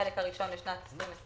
החלק הראשון לשנת 2020